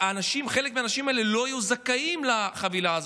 חלק מהאנשים האלה לא היו זכאים לחבילה הזאת,